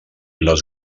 les